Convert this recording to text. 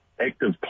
active